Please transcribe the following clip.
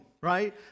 right